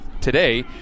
today